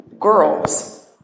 Girls